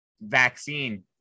vaccine